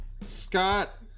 Scott